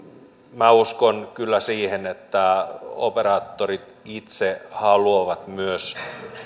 minä uskon kyllä siihen että operaattorit itse haluavat myös